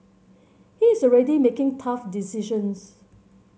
he is already making tough decisions